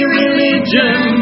religion